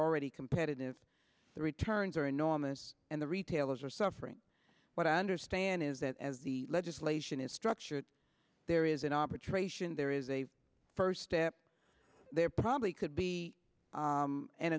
already competitive the returns are enormous and the retailers are suffering what i understand is that as the legislation is structured there is an arbitration there is a first step there probably could be an